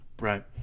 Right